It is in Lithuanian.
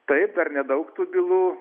taip dar nedaug tų bylų